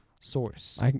source